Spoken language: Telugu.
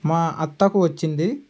మా అత్తకు వచ్చింది